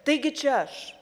taigi čia aš